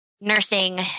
nursing